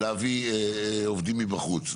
להביא עובדים מבחוץ.